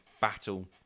battle